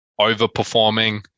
overperforming